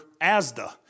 ASDA